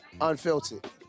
Unfiltered